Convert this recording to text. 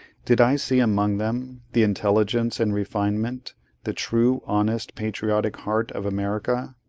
did i see among them, the intelligence and refinement the true, honest, patriotic heart of america?